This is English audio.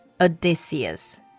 Odysseus